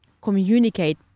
communicate